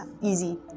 easy